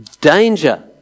Danger